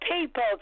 people